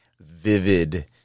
vivid